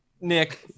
Nick